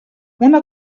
una